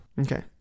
Okay